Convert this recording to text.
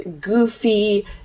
goofy